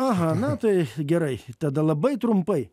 aha na tai gerai tada labai trumpai